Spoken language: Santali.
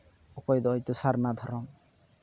ᱚᱠᱚᱭ ᱫᱚ ᱦᱚᱭᱛᱳ ᱥᱟᱨᱱᱟ ᱫᱷᱚᱨᱚᱢ